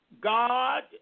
God